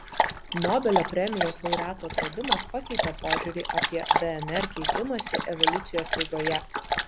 nobelio premijos laureatų atradimas pakeitė požiūrį apie dnr keitimąsi evoliucijos eigoje